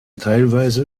teilweise